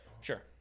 Sure